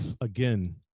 again